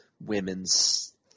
women's